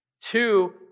Two